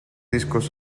discos